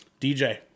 DJ